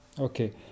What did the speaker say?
Okay